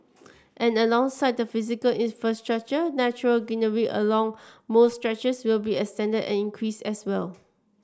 and alongside the physical infrastructure natural greenery along most stretches will be extended and increased as well